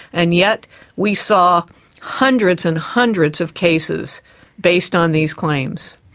and yet we saw hundreds and hundreds of cases based on these claims.